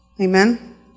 Amen